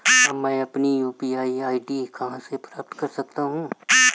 अब मैं अपनी यू.पी.आई आई.डी कहां से प्राप्त कर सकता हूं?